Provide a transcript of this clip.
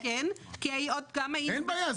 אין בעיה.